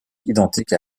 identiques